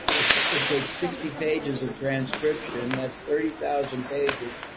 it it takes sixty pages of transcription. that's thirty thousand pages.